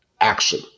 action